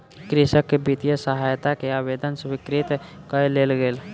कृषक के वित्तीय सहायता के आवेदन स्वीकृत कय लेल गेल